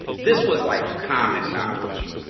this was like common knowledge.